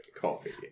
coffee